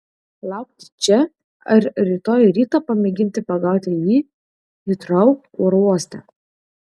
laukti čia ar rytoj rytą pamėginti pagauti jį hitrou oro uoste